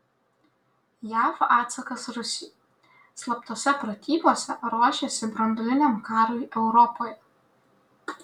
jav atsakas rusijai slaptose pratybose ruošėsi branduoliniam karui europoje